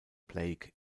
blake